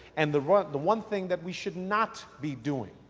and, the one the one thing that we should not be doing,